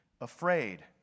afraid